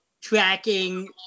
tracking